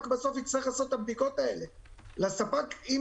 הספק בסוף יצטרך לעשות את הבדיקות האלה.